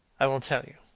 i will tell you,